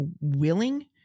willing